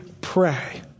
pray